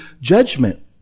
judgment